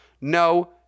No